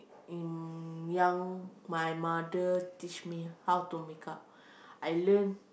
in young my mother teach me how to makeup I learn